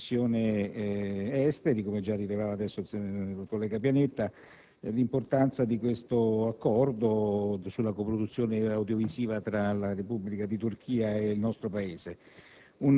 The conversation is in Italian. in Commissione esteri – come ricordava poco fa il collega Pianetta – l’importanza di questo Accordo sulla coproduzione audiovisiva tra la Repubblica di Turchia e il nostro Paese.